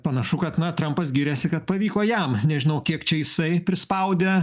panašu kad na trampas giriasi kad pavyko jam nežinau kiek čia jisai prispaudė